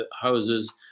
houses